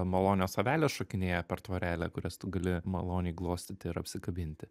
malonios avelės šokinėja per tvorelę kurias tu gali maloniai glostyti ir apsikabinti